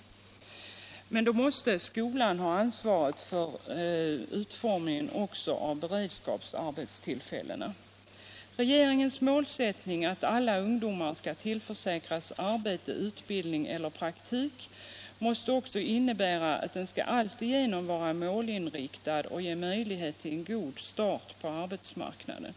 Men då måste skolan ha ansvaret = för utformningen också av beredskapsarbetstillfällena. Om bättre samord Regeringens målsättning att alla ungdomar skall tillförsäkras arbete, ning av resurserna utbildning eller praktik måste innebära, att insatserna skall alltigenom för utbildning och vara målinriktade och ge möjligheter till en god start på arbetsmarknaden.